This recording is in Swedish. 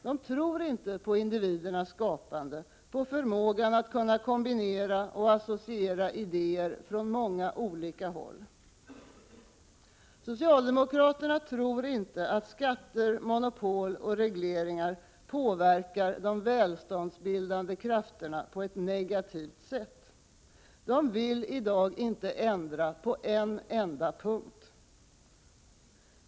De tror inte på individernas skapande, förmågan att kunna kombinera och associera idéer från många olika håll. Socialdemokraterna tror inte att skatter, monopol och regleringar påverkar de välståndsbildande krafterna på ett negativt sätt. De villi dag inte ändra på en enda punkt.